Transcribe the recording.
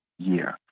year